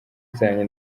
zanjye